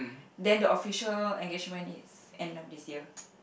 then the official engagement its end of this year